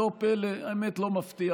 לא פלא, האמת, לא מפתיע.